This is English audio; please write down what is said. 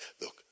look